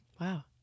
Wow